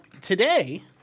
Today